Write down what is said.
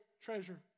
treasure